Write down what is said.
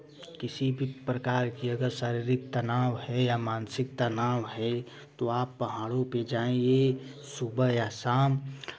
किसी भी प्रकार की अगर शारीरिक तनाव है या मानसिक तनाव है तो आप पहाड़ों पर जाइये सुबह या शाम